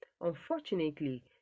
Unfortunately